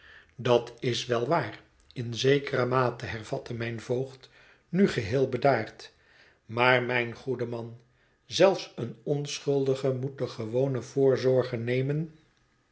dat is wel waar in zekere mate hervatte mijn voogd nu geheel bedaard maar mijn goede man zelfs een onschuldige moet de gewone voorzorgen nemen